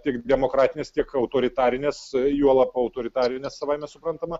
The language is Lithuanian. tiek demokratinės tiek autoritarinės juolab autoritarinės savaime suprantama